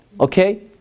okay